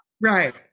Right